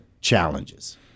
challenges